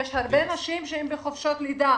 יש הרבה נשים שהן בחופשות לידה,